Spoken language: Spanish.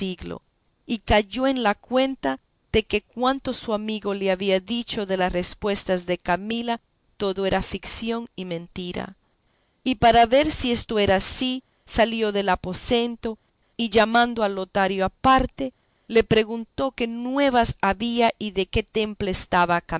y cayó en la cuenta de que cuanto su amigo le había dicho de las respuestas de camila todo era ficción y mentira y para ver si esto era ansí salió del aposento y llamando a lotario aparte le preguntó qué nuevas había y de qué temple estaba